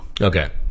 Okay